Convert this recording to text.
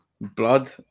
blood